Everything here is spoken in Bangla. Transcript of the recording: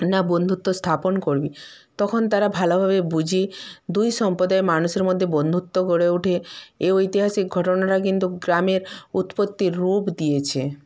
না বন্ধুত্ব স্থাপন করবি তখন তারা ভালোভাবে বুঝে দুই সম্পদায়ের মানুষের মধ্যে বন্ধুত্ব গড়ে ওঠে এই ঐতিহাসিক ঘটনাটা কিন্তু গ্রামের উৎপত্তির রূপ দিয়েছে